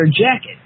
jacket